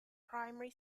primary